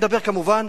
אני מדבר, כמובן,